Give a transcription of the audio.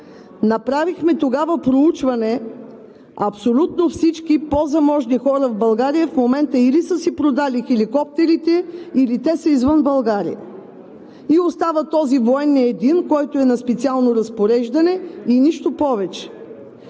направихме тогава проучване, абсолютно всички по-заможни хора в България в момента или са си продали хеликоптерите, или те са извън България. И остава един военен, който е на специално разпореждане, и нищо повече.